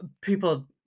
people